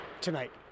tonight